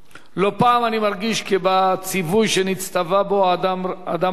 לא פעם אני מרגיש כי בציווי שנצטווה בו האדם הראשון,